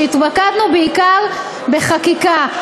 שהתמקדנו בעיקר בחקיקה,